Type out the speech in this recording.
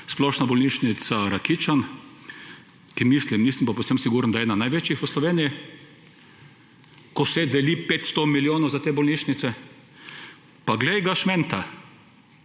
splošna bolnišnica Rakičan, za katero mislim, nisem pa povsem siguren, da je ena največjih v Sloveniji, ko se deli 500 milijonov za te bolnišnice. Pa glej ga šmenta.